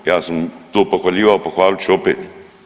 Ja sam to pohvaljivao, pohvalit ću opet.